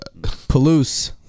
Palouse